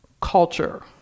culture